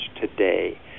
today